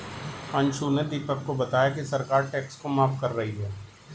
अंशु ने दीपक को बताया कि सरकार टैक्स को माफ कर रही है